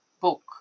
book